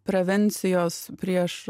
prevencijos prieš